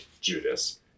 Judas